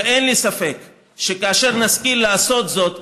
אין לי ספק שכאשר נשכיל לעשות זאת,